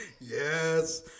Yes